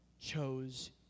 chose